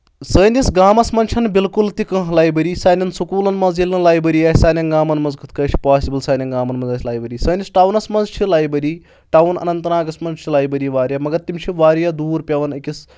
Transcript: سٲنِس گامَس منٛز چھنہٕ بالکُل تہِ کانٛہہ لایبٔری سانؠن سکوٗلَن منٛز ییٚلہِ نہٕ لایبٔری آسہِ سانؠن گامن منٛز کِتھ کٲٹھۍ چھُ پاسِبٕل سانؠن گامن منٛز آسہِ لایبٔری سٲنِس ٹاونَس منٛز چھِ لایبٔری ٹاوُن اننت ناگس منٛز چھِ لایبٔری واریاہ مگر تِم چھِ واریاہ دوٗر پیٚوان أکِس